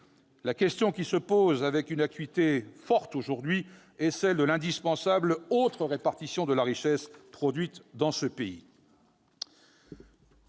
La question qui se pose avec une acuité forte aujourd'hui, c'est celle de l'indispensable modification de la répartition de la richesse produite dans ce pays.